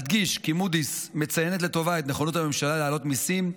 אדגיש כי מודי'ס מציינת לטובה את נכונות הממשלה להעלות מיסים,